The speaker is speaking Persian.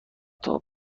تان